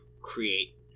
create